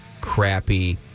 crappy